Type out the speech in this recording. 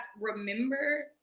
remember